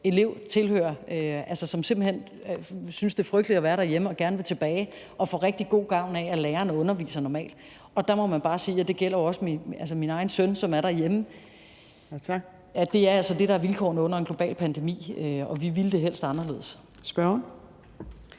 elev tilhører, og som simpelt hen synes, det er frygteligt at være derhjemme og gerne vil tilbage og få rigtig god gavn af, at lærerne underviser normalt. Og der må man bare sige, og det gælder jo også min egen søn, som er derhjemme, at det er altså det, der er vilkårene under en global pandemi. Og vi ville det helst anderledes. Kl.